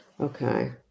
okay